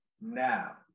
Now